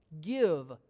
Give